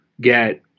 get